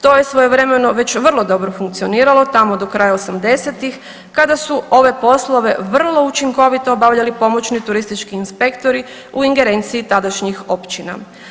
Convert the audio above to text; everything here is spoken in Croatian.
To je svojevremeno već vrlo dobro funkcioniralo tamo do kraja '80.-tih kada su ove poslove vrlo učinkovito obavljali pomoćni turistički inspektori u ingerenciji tadašnjih općina.